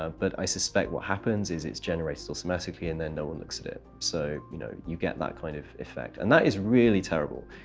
ah but i suspect what happens is it's generated automatically, and then no one looks at it. so you know you get that kind of effect. and that is really terrible,